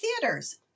theaters